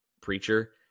preacher